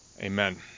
Amen